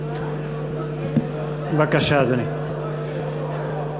בבקשה, אדוני.